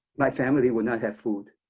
my family will not have food.